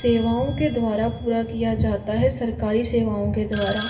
सेवाओं के द्वारा पूरा किया जाता है सरकारी सेवाओं के द्वारा